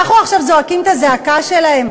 אנחנו עכשיו זועקים את הזעקה שלהם?